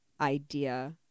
idea